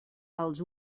als